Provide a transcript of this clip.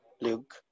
Luke